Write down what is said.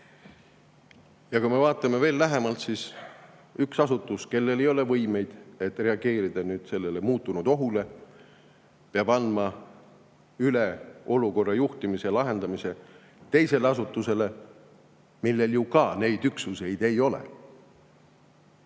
teevad. Vaatame veel lähemalt: üks asutus, kellel ei ole võimeid, et reageerida sellele muutunud ohule, peab andma olukorra juhtimise ja lahendamise üle teisele asutusele, kellel ju ka neid üksuseid ei ole.